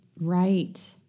Right